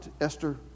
Esther